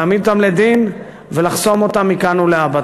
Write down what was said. להעמיד אותם לדין ולחסום אותם מכאן ולהבא.